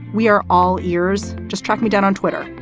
we are all ears. just track me down on twitter.